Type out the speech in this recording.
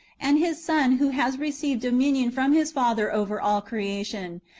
and his son who has received dominion from his father over all creation,